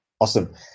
Awesome